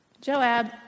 Joab